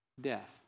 death